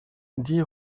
dix